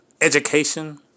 education